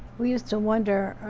we used to wonder,